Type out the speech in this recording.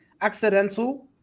accidental